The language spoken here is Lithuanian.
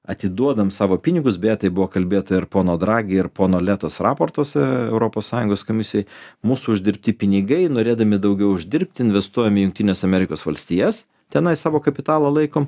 atiduodam savo pinigus beje tai buvo kalbėta ir pono dragi ir pono letos raportuose europos sąjungos komisijai mūsų uždirbti pinigai norėdami daugiau uždirbti investuojam į jungtines amerikos valstijas tenai savo kapitalą laikom